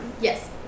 Yes